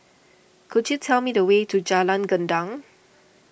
could you tell me the way to Jalan Gendang